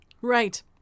Right